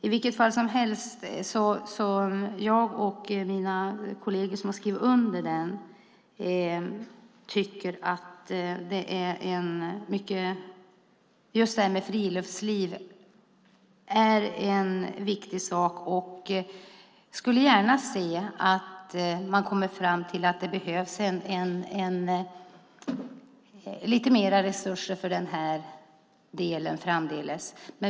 I vilket fall som helst tycker jag och mina kolleger som skrivit under den att friluftsliv är en mycket viktig sak och skulle gärna se att man kommer fram till att det behövs lite mer resurser för den här delen framdeles.